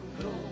go